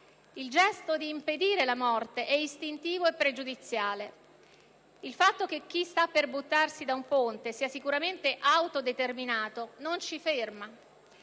il gesto di impedire la morte è istintivo e pregiudiziale ed il fatto che chi sta per buttarsi da un ponte sia sicuramente autodeterminato non ci ferma.